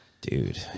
Dude